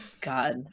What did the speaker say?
God